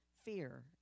fear